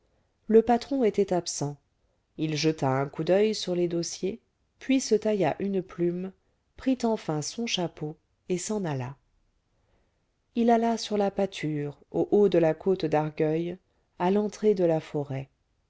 le patron était absent il jeta un coup d'oeil sur les dossiers puis se tailla une plume prit enfin son chapeau et s'en alla il alla sur la pâture au haut de la côte d'argueil à l'entrée de la forêt